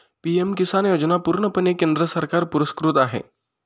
PM किसान योजना पूर्णपणे केंद्र सरकार पुरस्कृत आहे